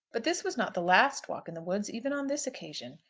but this was not the last walk in the woods, even on this occasion.